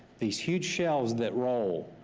these huge shelves that roll.